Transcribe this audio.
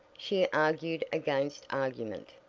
she argued against argument.